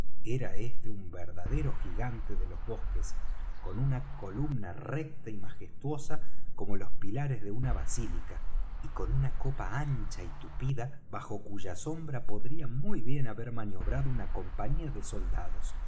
este un verdadero gigante de los bosques con una columna recta y majestuosa como los pilares de una basílica y con una copa ancha y tupida bajo cuya sombra podría muy bien haber maniobrado una compañía de soldados